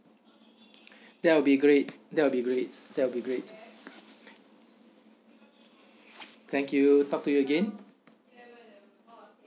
that will be great that will be great that will be great thank you talk to you again